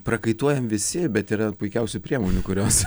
prakaituojam visi bet yra puikiausių priemonių kurios